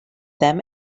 them